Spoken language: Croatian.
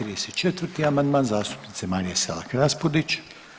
34. amandman zastupnice Marije Selak Raspudić.